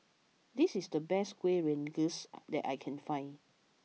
this is the best Kuih Rengas that I can find